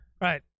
Right